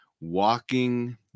walking